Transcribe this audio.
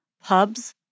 pubs